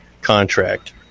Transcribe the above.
contract